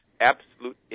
absolute